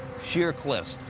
sheer cliffs.